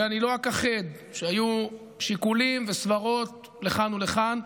ואני לא אכחד שהיו שיקולים וסברות לכאן ולכאן.